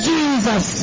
Jesus